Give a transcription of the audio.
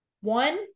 One